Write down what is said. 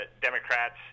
democrats